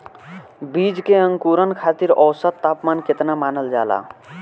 बीज के अंकुरण खातिर औसत तापमान केतना मानल जाला?